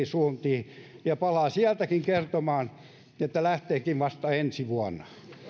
suuntiin ja palaa sieltäkin kertomaan että lähteekin vasta ensi vuonna